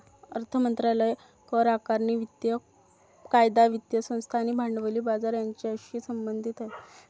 अर्थ मंत्रालय करआकारणी, वित्तीय कायदा, वित्तीय संस्था आणि भांडवली बाजार यांच्याशी संबंधित आहे